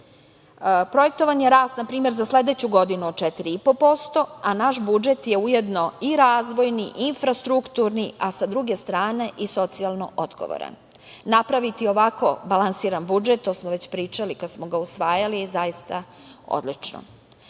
zemljama. Projektovan je rast, na primer za sledeću godinu od 4,5%, a naš budžet je ujedno i razvojni, i infrastrukturni, a sa druge strane i socijalno odgovoran. Napraviti ovako balansiran budžet, to smo već pričali kad smo ga usvajali je zaista odlično. Zaista